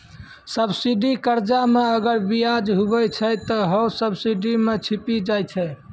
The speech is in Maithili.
सब्सिडी कर्जा मे अगर बियाज हुवै छै ते हौ सब्सिडी मे छिपी जाय छै